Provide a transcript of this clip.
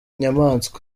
inyamaswa